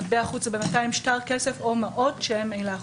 מטבע חוץ זה שטר כסף או מעות שהם הילך חוקי.